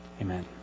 Amen